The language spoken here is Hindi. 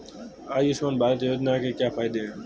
आयुष्मान भारत योजना के क्या फायदे हैं?